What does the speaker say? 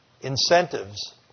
incentives